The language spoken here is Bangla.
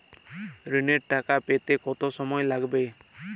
ঋণের টাকা পেতে কত সময় লাগবে?